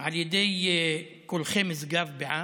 על ידי קולחי משגב בע"מ.